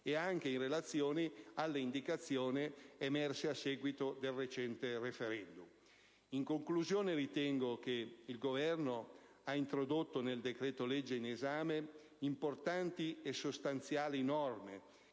anche in relazione alle indicazioni emerse a seguito del recente *referendum*. In conclusione, ritengo che il Governo abbia introdotto nel decreto‑legge in esame importanti e sostanziali norme,